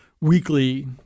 weekly